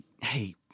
hey